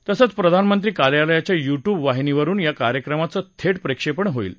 तसंच प्रधानमंत्री कार्यालयाच्या युट्यूब वाहिनीवरुन या कार्यक्रमाचं थेट प्रक्षेपण होईल